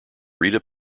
rita